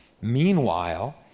Meanwhile